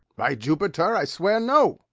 by jupiter, i swear no!